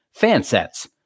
Fansets